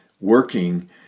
working